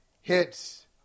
hits